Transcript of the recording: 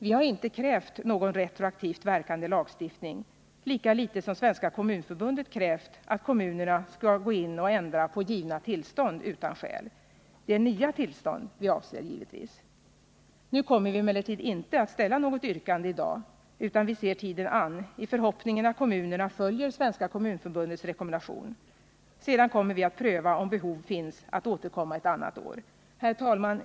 Vi har inte krävt någon retroaktivt verkande lagstiftning, lika litet som Svenska kommunförbundet krävt att kommunerna skall gå in och ändra på givna tillstånd utan skäl. Det är givetvis nya tillstånd vi avser. Vi kommer emellertid inte att ställa något yrkande i dag, utan vi ser tiden an i förhoppningen att kommunerna följer Svenska kommunförbundets rekommendation. Sedan kommer vi att pröva om behov finns att återkomma ett annat år. Herr talman!